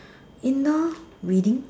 indoor reading